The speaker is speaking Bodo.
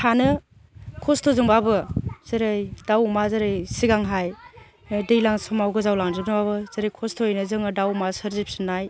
थानो खस्थ'जों बाबो जेरै दाउ अमा जेरै सिगांहाय दैलां समाव गोजाव लांजोबदों बाबो जेरै खस्थ'यैनो जोङो दाउ अमा सोरजि फिन्नाय